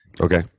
Okay